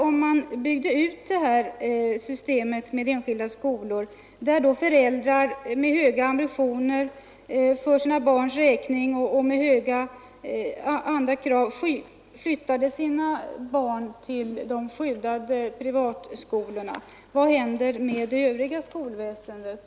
Om man byggde ut systemet med enskilda skolor och om föräldrar med höga ambitioner för sina barns räkning och med höga andra krav flyttade sina barn till de skyddade privatskolorna, vad skulle i så fall hända med det övriga skolväsendet?